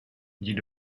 dit